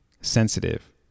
sensitive